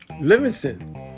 Livingston